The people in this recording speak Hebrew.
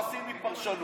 לא עשיתי פרשנות.